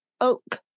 oak